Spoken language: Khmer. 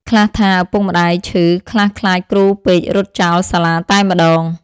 ខ្លះថាឪពុកម្ដាយឈឺ ខ្លះខ្លាចគ្រូពេករត់ចោលសាលាតែម្ដង ។